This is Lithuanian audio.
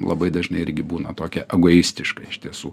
labai dažnai irgi būna tokia egoistiška iš tiesų